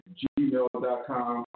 gmail.com